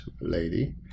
lady